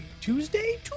Tuesday